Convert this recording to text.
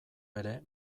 ere